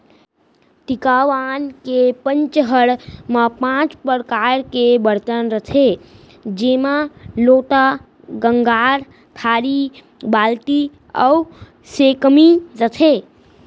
टिकावन के पंचहड़ म पॉंच परकार के बरतन रथे जेमा लोटा, गंगार, थारी, बाल्टी अउ सैकमी रथे